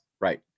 Right